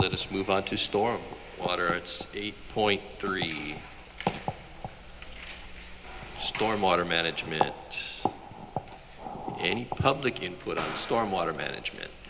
this move out to storm water it's eight point three storm water management any public input storm water management